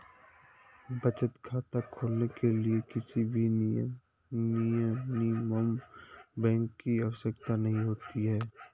बचत खाता खोलने के लिए किसी भी मिनिमम बैलेंस की आवश्यकता नहीं होती है